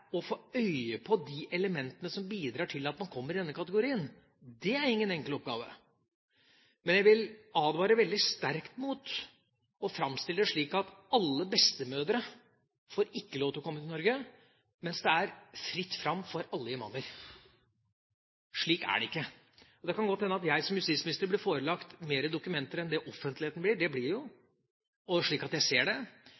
å få øye på de elementene som bidrar til at man kommer i denne kategorien. Det er ingen enkel oppgave. Men jeg vil advare veldig sterkt mot å framstille det slik at ingen bestemødre får lov til å komme til Norge, mens det er fritt fram for alle imamer. Slik er det ikke. Det kan godt hende at jeg som justisminister blir forelagt flere dokumenter enn det offentligheten blir. Jeg blir jo